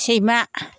सैमा